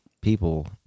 people